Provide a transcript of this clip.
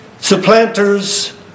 supplanters